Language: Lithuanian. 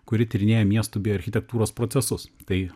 kuri tyrinėja miestų bei architektūros procesus tai